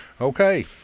Okay